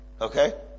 Okay